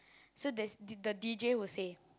so there's the the d_j will say